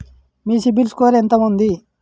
మీ CIBIL score ఎంత ఉంది?